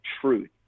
truth